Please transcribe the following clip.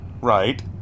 Right